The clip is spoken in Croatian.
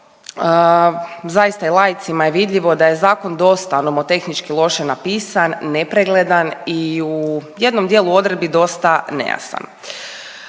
zakonu zaista i laicima je vidljivo da je zakon dosta nomotehnički loše napisan, nepregledan i u jednom dijelu odredbi dosta nejasan.